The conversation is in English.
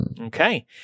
Okay